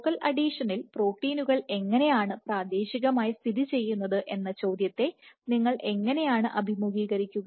focal അഡിഷനിൽ പ്രോട്ടീനുകൾ എങ്ങനെയാണ് പ്രാദേശികമായി സ്ഥിതി ചെയ്യുന്നത് എന്ന ചോദ്യത്തെ നിങ്ങൾ എങ്ങനെയാണ് അഭിമുഖീകരിക്കുക